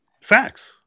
Facts